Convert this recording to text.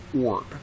orb